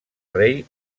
rei